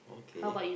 okay